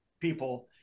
people